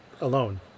alone